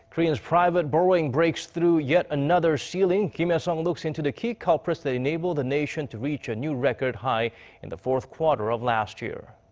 koreans' private borrowing breaks through yet another ceiling. kim hye-sung looks into the key culprits that enabled the nation to reach a new record high in the fourth quarter of last year.